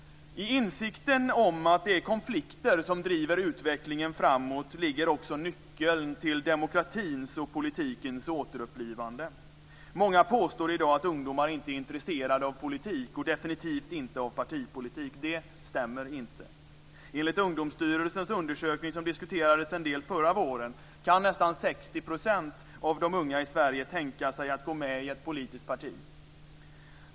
I insikten om att det är konflikter som driver utvecklingen framåt ligger också nyckeln till demokratins och politikens återupplivande. Många påstår i dag att ungdomar inte är intresserade av politik och definitivt inte av partipolitik. Det stämmer inte. Enligt Ungdomsstyrelsens undersökning som diskuterades en del förra våren kan nästan 60 % av de unga i Sverige tänka sig att gå med i ett politiskt parti.